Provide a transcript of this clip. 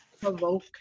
Provoke